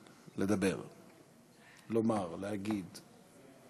לדבר, לומר, להגיד.